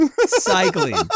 Cycling